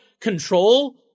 control